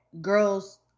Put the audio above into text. girls